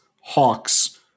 Hawks